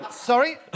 Sorry